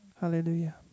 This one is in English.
Hallelujah